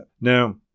Now